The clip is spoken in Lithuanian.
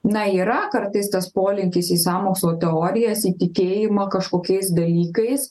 na yra kartais tas polinkis į sąmokslo teorijas įtikėjimą kažkokiais dalykais